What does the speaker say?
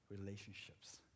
Relationships